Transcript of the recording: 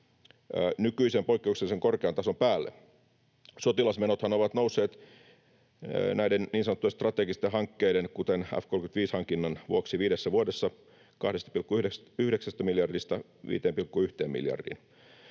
nykyisen poikkeuksellisen korkean tason päälle. Sotilasmenothan ovat nousseet näiden niin sanottujen strategisten hankkeiden, kuten F-35-hankinnan, vuoksi viidessä vuodessa 2,9 miljardista 5,1 miljardiin.